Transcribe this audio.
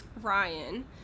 Ryan